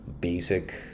basic